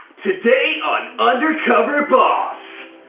today, on undercover boss.